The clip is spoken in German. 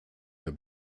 der